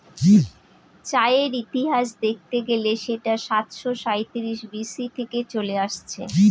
চায়ের ইতিহাস দেখতে গেলে সেটা সাতাশো সাঁইত্রিশ বি.সি থেকে চলে আসছে